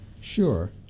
Sure